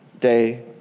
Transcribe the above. day